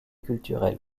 culturel